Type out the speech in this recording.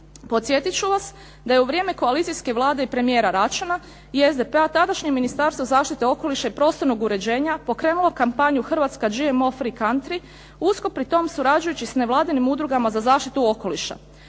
Podsjetit ću vas da je u vrijeme koalicijske Vlade i premijera Račana i SDP-a tadašnje ministarstvo zaštite okoliša i prostornog uređenja pokrenulo kampanju "Hrvatska GMO free country" uskoro pritom surađujući s nevladinim udrugama za zaštitu okoliša.